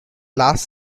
last